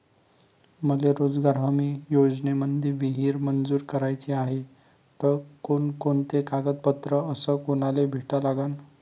मले रोजगार हमी योजनेमंदी विहीर मंजूर कराची हाये त कोनकोनते कागदपत्र अस कोनाले भेटा लागन?